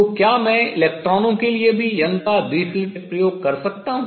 तो क्या मैं इलेक्ट्रॉनों के लिए भी यंग का द्वि स्लिट प्रयोग कर सकता हूँ